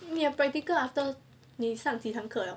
你的 practical after 你上几堂课 liao